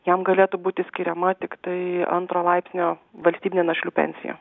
jam galėtų būti skiriama tiktai antro laipsnio valstybinė našlių pensija